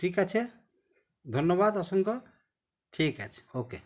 ঠিক আছে ধন্যবাদ অসংখ্য ঠিক আছে ওকে